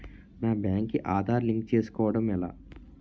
నా బ్యాంక్ కి ఆధార్ లింక్ చేసుకోవడం ఎలా?